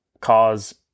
cause